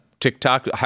tiktok